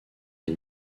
les